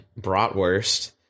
bratwurst